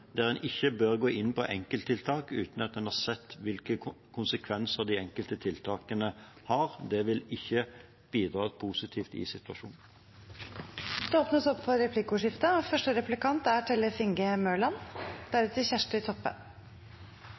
der en ikke bør gå inn på enkelttiltak uten at en har sett hvilke konsekvenser de enkelte tiltakene har. Det vil ikke bidra positivt i situasjonen. Det blir replikkordskifte. Fra 2016 og